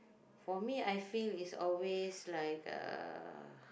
for me I feel it's always like uh